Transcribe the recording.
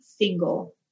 single